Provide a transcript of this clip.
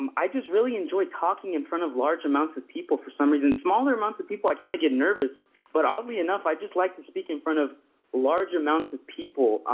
um i just really enjoy talking in front of large amounts of people for some reason. smaller amounts of people i kind of get nervous but oddly enough, i just like to speak in front of large amounts of people.